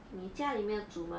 你家里没有煮吗